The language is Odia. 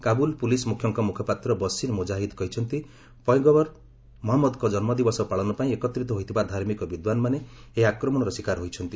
କାବୁଲ୍ ପୁଲିସ୍ ମୁଖ୍ୟଙ୍କ ମୁଖପାତ୍ର ବସିର୍ ମୁଜାହିଦ୍ କହିଛନ୍ତି ପୟଗମ୍ଘର ମହମ୍ମଦଙ୍କ ଜନ୍ମଦିବସ ପାଳନ ପାଇଁ ଏକତ୍ରିତ ହୋଇଥିବା ଧାର୍ମିକ ବିଦ୍ୱାନମାନେ ଏହି ଆକ୍ରମଣର ଶିକାର ହୋଇଛନ୍ତି